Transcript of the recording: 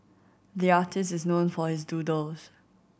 the artist is known for his doodles